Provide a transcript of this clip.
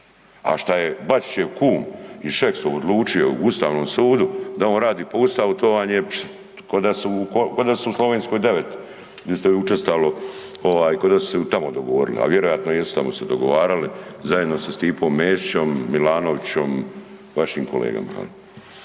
A što je Bačićev kum i Šeks odlučio Ustavnom sudu da on radi po Ustavu, to vam je, kao da su u Slovenskoj 9, di ste učestalo, ovaj, kao da su se tamo dogovorili, a vjerojatno jesu tamo se dogovarali, zajedno sa Stipom Mesićom, Milanovićom, vašim kolegama,